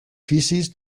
feces